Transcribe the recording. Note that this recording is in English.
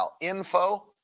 Info